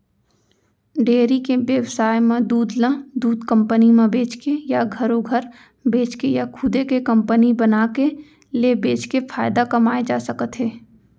dairy के बेवसाय म दूद ल दूद कंपनी म बेचके या घरो घर बेचके या खुदे के कंपनी बनाके ले बेचके फायदा कमाए जा सकत हे